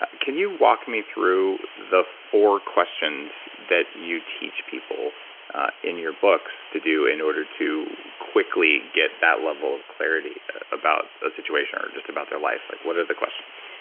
can you walk me through the four questions that you teach people in your books to do in order to quickly get that level of clarity about a situation or just about their life? like what are the questions?